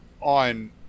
on